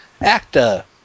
ACTA